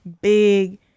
big